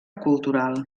cultural